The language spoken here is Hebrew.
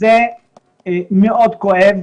זה מאוד כואב,